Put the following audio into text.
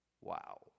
Wow